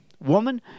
woman